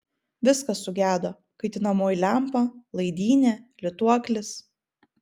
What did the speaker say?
viskas sugedo kaitinamoji lempa laidynė lituoklis